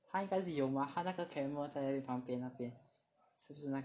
他应该是有 mah 他那个 camera 在旁边那边是不是 !huh!